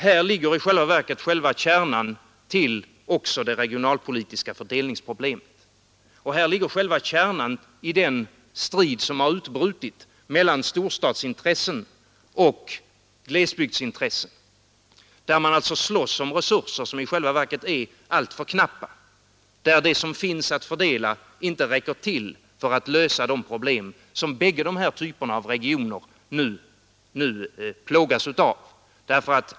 Här ligger i själva verket också kärnan till det regionalpolitiska problemet och själva källan i den strid som har utbrutit mellan storstadsintresset och glesbygdsintresset, där man alltså slåss om resurser, som i själva verket är alltför knappa, där det som finns att fördela inte räcker till för att lösa de problem som bägge de här typerna av regioner nu plågas av.